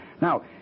Now